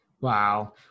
Wow